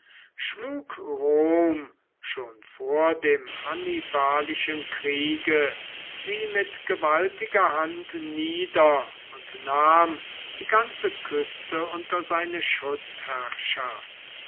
schlug rom schon vor dem hannibalischen kriege sie mit gewaltiger hand nieder und nahm die ganze küste unter seine